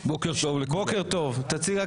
כמה שוטרי מג"ב בחברון --- זהו, סעדה, הסתיים.